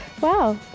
Wow